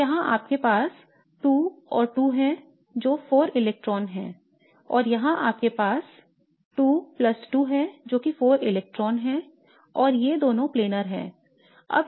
तो यहाँ आपके पास 2 और 2 है जो 4 इलेक्ट्रॉनों है और यहाँ पर आपके पास 2 प्लस 2 है जो कि 4 इलेक्ट्रॉन्स है और ये दोनों प्लानर है